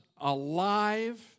alive